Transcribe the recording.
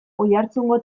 oiartzungo